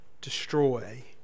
destroy